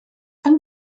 yng